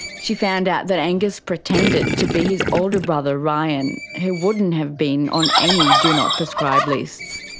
she found out that angus pretended to be his older brother ryan, who wouldn't have been on any do-not-prescribe lists.